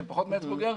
שהם פחות מעץ בוגר,